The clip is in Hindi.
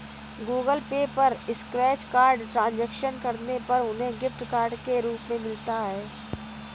गूगल पे पर स्क्रैच कार्ड ट्रांजैक्शन करने पर उन्हें गिफ्ट कार्ड के रूप में मिलता है